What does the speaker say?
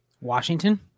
Washington